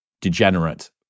degenerate